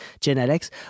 genetics